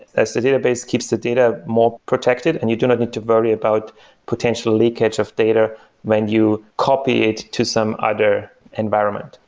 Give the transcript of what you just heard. as the database keeps the data more protected and you do not need to worry about potential leakage of data when you copy it to some other environment.